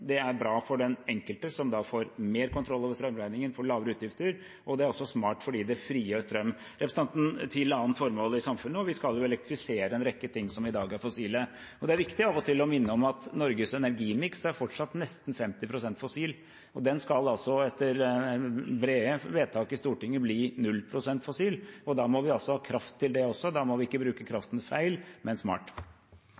Det er bra for den enkelte, som da får mer kontroll over strømregningen, får lavere utgifter, og det er også smart fordi det frigjør strøm til andre formål i samfunnet. Vi skal elektrifisere en rekke ting som i dag er fossile. Det er viktig av og til å minne om at Norges energimiks fortsatt er nesten 50 pst. fossil. Den skal altså, etter brede vedtak i Stortinget, bli 0 pst. fossil, og da må vi ha kraft til det også. Da må vi ikke bruke